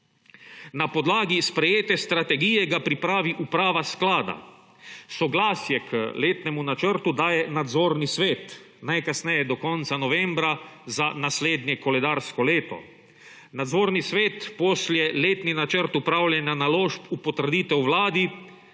Na podlagi sprejete strategije ga pripravi uprava sklada. Soglasje k letnemu načrtu daje nadzorni svet, najkasneje do konca novembra za naslednje koledarsko leto. Nadzorni svet pošlje letni načrt upravljanja naložb v potrditev vladi,